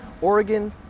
Oregon